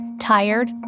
tired